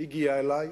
הגיע אלי,